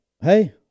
hey